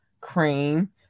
Cream